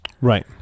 Right